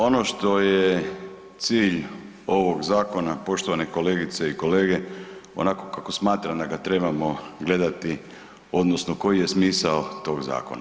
Ono što je cilj ovog zakona poštovane kolegice i kolege onako kako smatram da ga trebamo gledati odnosno koji je smisao tog zakona.